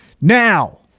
Now